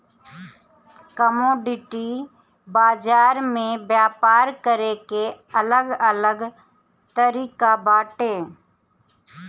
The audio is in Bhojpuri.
कमोडिटी बाजार में व्यापार करे के अलग अलग तरिका बाटे